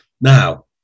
Now